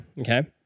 Okay